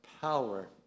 power